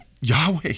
Yahweh